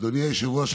אדוני היושב-ראש,